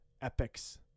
epics